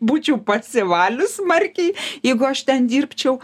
būčiau pasivalius smarkiai jeigu aš ten dirbčiau